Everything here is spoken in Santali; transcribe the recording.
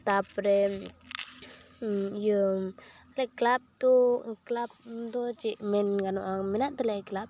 ᱛᱟᱯᱚᱨᱮ ᱤᱭᱟᱹ ᱟᱞᱮᱭᱟᱜ ᱠᱞᱟᱵᱽ ᱫᱚ ᱠᱞᱟᱵᱽᱫᱚ ᱪᱮᱫ ᱢᱮᱱ ᱜᱟᱱᱚᱜᱼᱟ ᱢᱮᱱᱟᱜ ᱛᱟᱞᱮᱭᱟ ᱠᱞᱟᱵᱽ